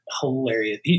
hilarious